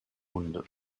wunde